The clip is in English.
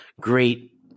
great